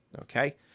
okay